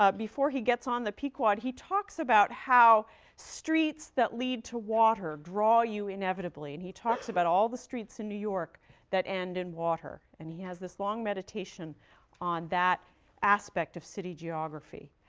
ah before he gets on the pequod, he talks about how streets that lead to water draw you inevitably, and he talks about all the streets in new york that end in water. and he has this long meditation on that aspect of city geography.